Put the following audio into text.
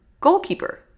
goalkeeper